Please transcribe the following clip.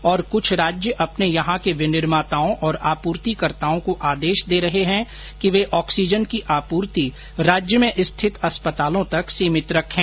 और कुछ राज्य अपने यहां के विनिर्माताओं और आपूर्तिकर्ताओं को आदेश दे रहे हैं कि वे ऑक्सीजन की आपूर्ति राज्य में स्थित अस्पतालों तक सीमित रखें